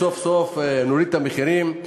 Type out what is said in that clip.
סוף-סוף נוריד את המחירים,